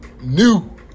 new